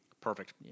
Perfect